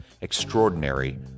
Extraordinary